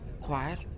Quiet